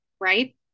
right